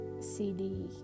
CD